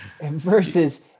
Versus